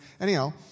Anyhow